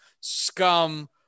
scum